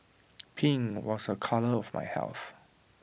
pink was A colour of health